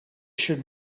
should